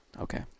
Okay